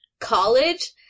college